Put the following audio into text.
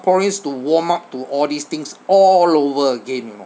singaporeans to warm up to all these things all over again you know